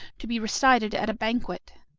to be recited at a banquet.